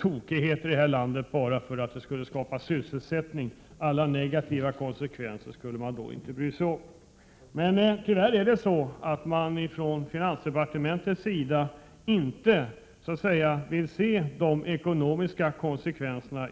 tokigheter i landet bara för att skapa sysselsättning. Alla negativa konsekvenser skulle man bortse från. Tyvärr vill inte finansdepartementet se på de yttersta ekonomiska konsekvenserna.